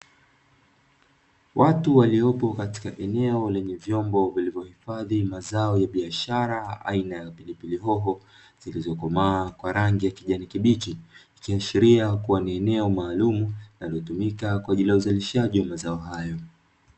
Watu waliopo katika eneo lenye vyombo, vilivyohifadhi mazao ya biashara aina ya pilipili hoho zilizo komaa kwa rangi ya kijani kibichi, ikiashiria kuwa ni eneo maalumi linalotumika kwa ajili ya uzalishaji wa mazao hayo.